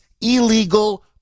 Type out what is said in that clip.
illegal